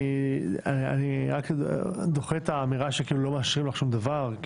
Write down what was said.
אני דוחה את האמירה שלא מאשרים לך שום דבר,